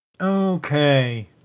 Okay